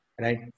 right